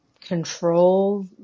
control